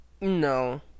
No